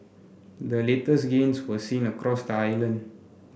the latest gains were seen across the island